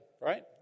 Right